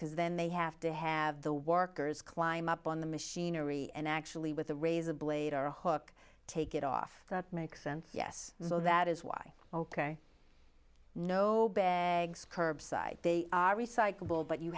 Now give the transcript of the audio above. because then they have to have the workers climb up on the machinery and actually with a razor blade or hook take it off that makes sense yes so that is why ok no bags curbside they are recyclable but you